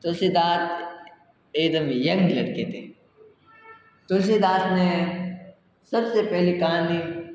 तुलसीदास एक दम यंग लड़के थे तुलसीदास ने सब से पहेली कहानी